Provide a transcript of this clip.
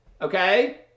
Okay